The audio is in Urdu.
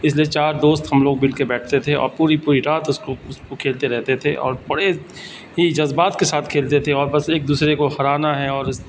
اس لیے چار دوست ہم لوگ مل کے بیٹھتے تھے اور پوری پوری رات اس کو اس کو کھیلتے رہتے تھے اور بڑے ہی جذبات کے ساتھ کھیلتے تھے اور بس ایک دوسرے کو ہرانا ہے اور اس